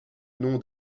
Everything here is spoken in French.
nom